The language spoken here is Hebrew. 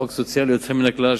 חוק סוציאלי יוצא מן הכלל,